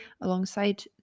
alongside